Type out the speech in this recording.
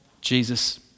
jesus